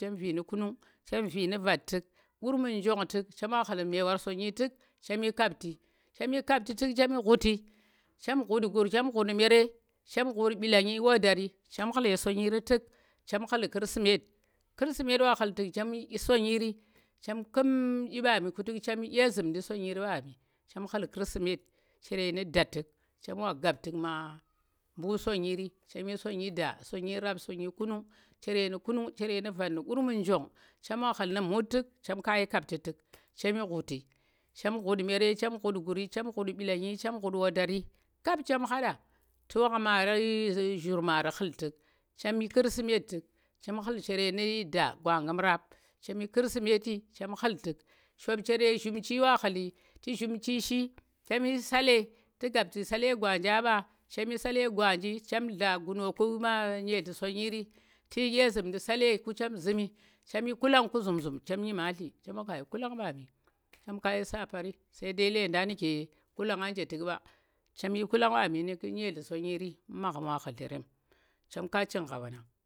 chem vi nu̱ kunung, chem vi nu̱ vat tuk, gurmun, njong tu̱k chema ghul ye mewar sonyi tuk chem yi kapti, chem yi kapti tu̱k chem yi ngu̱ti, chem nggu̱t guur, chem nggu̱t mere, chem nggu̱t mɓilangi, wadari, chem ghu̱l ye sanyiri tu̱k, chem ghu̱l kirsimet, kirsimet wa khu̱l tu̱k chem shi sanyiri, chem ku̱m ɗyi mɓanu ku tu̱k chem shi ɗye zu̱mndi sanyiri wa nɗu̱ chem khu̱l kirsimet, chere nu̱ da tu̱k chem wa gap tu̱k ma mɓu sanyiri, chem yhi sonyi da, sonyi rap, sonyi kunung, chere nu̱ kunung, chere nu̱ vat, nu̱ gurmun, njong, chema khu̱l nu̱ mut tu̱k chem ka shi kapti tu̱k, chem yinggu̱ti, chem nggu̱t mere, chem nggu̱t ghari, chem nggu̱t mɓilangyi, chem nggu̱t goori, chem nggu̱t mɓilanyi, chem nggu̱t wandari kap chem hada tu̱ zamaari, khu̱l tu̱k, chem yi kirsimet tu̱k chem ghu̱l chere nu̱ da, gwanggu̱m rap, cham yi kirsimet, chem ghu̱ll tu̱k, choap chere zhumti wa ghu̱nlu̱ tu̱ zhumti shi, chem yi salle, tu gap tu̱ salle gwaanjah ɓa, chem shi salle gwaanji chem dla gunaka ma nyetli sanyin tu̱ yhi dye zu̱mndi salle, chem zu̱mmi chem yi kullang ku zum zum chem nyimatli, chem wa ka yi kullang ɓami, chem ka yi sapari sai dai ledang nu̱ke kullanga nje tu̱k ɓa, chem yi kullang mɓami nu̱ nyetli sonyiri mu̱ magham wa khullerem chem ka ching gha wanang.